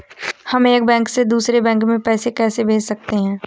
हम एक बैंक से दूसरे बैंक में पैसे कैसे भेज सकते हैं?